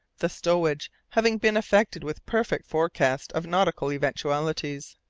the stowage having been effected with perfect forecast of nautical eventualities.